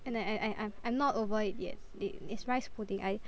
and I I I'm I'm not over it yet they it's rice pudding I